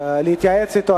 להתייעץ אתו,